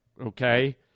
okay